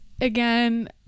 Again